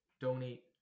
Donate